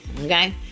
Okay